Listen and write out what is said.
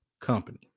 company